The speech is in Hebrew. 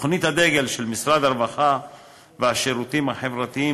תוכנית הדגל של משרד הרווחה והשירותים החברתיים